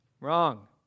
Wrong